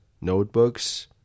Notebooks